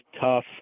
tough